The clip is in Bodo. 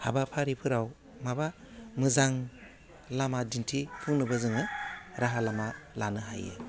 हाबाफारिफोराव माबा मोजां लामा दिन्थिफुंनोबो जोङो राहा लामा लानो हायो